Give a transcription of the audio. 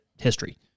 history